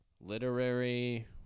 Literary